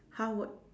how would